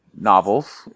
novels